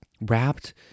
wrapped